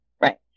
Right